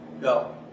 Go